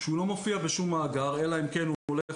הוא לא מופיע בשום מאגר אלא אם כן הוא הולך